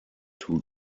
two